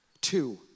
Two